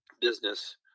business